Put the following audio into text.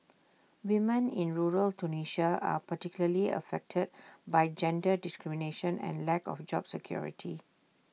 women in rural Tunisia are particularly affected by gender discrimination and lack of job security